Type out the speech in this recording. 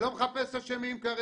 אני לא מחפש אשמים כרגע.